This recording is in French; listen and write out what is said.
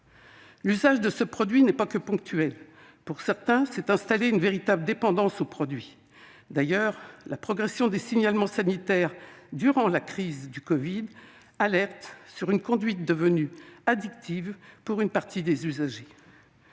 L'usage de ce produit n'est pas que ponctuel. Ainsi, chez certains s'est installée une véritable dépendance. D'ailleurs, la progression des signalements sanitaires durant la crise du covid-19 sonne comme une alerte sur une conduite devenue addictive pour une partie des usagers.